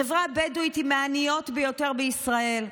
החברה הבדואית היא מהעניות ביותר בישראל.